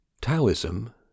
Taoism